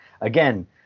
Again